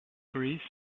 greece